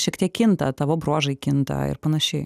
šiek tiek kinta tavo bruožai kinta ir panašiai